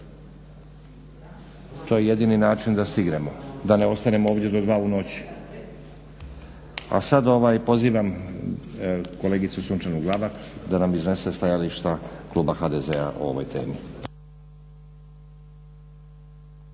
To je jedini način da stignemo, da ne ostanemo ovdje do 2 u noći. A sad pozivam kolegicu Sunčanu Glavak da nam iznese stajališta kluba HDZ-a o ovoj temi.